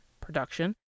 production